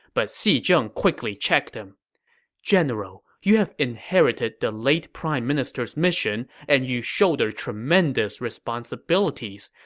but xi zheng quickly checked him general, you have inherited the late prime minister's mission and you shoulder tremendous responsibilities.